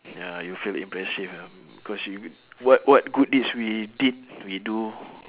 ya you'll feel impressive ya because you what what good deeds we did we do